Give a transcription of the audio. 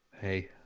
Hey